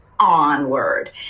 onward